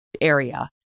area